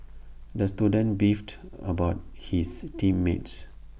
the student beefed about his team mates